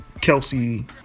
Kelsey